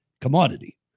commodity